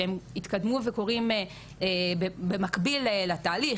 שהם התקדמו וקורים במקביל לתהליך,